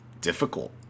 difficult